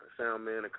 Soundman